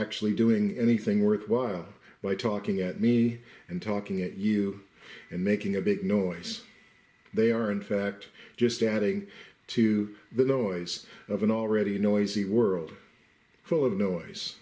actually doing anything worthwhile by talking at me and talking at you and making a big noise they are in fact just adding to the noise of an already noisy world full of noise